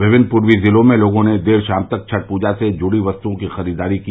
विभिन्न पूर्वी जिलों में लोगों ने देर शाम तक छठ पूजा से जुड़ी वस्तुओं की खरीदारी की